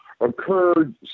occurred